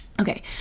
Okay